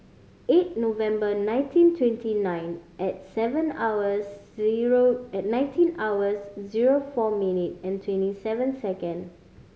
eight November nineteen twenty nine at seven hours zero at nineteen hours zero four minute and twenty seven second